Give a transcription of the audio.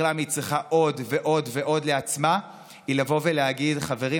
למה היא צריכה עוד ועוד לעצמה היא לבוא ולהגיד: חברים,